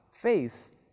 face